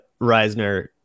reisner